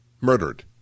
murdered